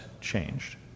changed